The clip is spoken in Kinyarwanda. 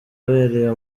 abereye